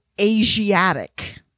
asiatic